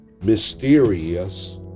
mysterious